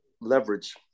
leverage